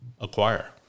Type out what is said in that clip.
acquire